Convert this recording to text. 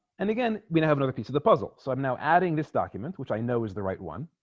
and again we have another piece of the puzzle so i'm now adding this document which i know is the right one